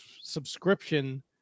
subscription